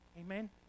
Amen